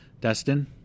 Dustin